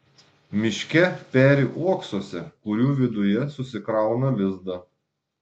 miške peri uoksuose kurių viduje susikrauna lizdą